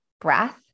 breath